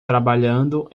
trabalhando